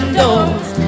doors